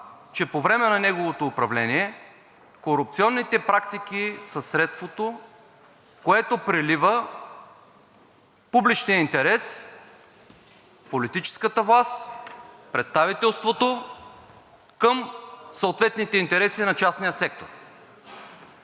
че по време на неговото управление корупционните практики са средството, което прелива публичния интерес, политическата власт, представителството към съответните интереси на частния сектор.